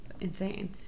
insane